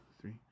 three